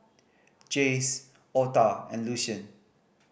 Jase Otha and Lucien